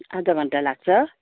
आधा घण्टा लाग्छ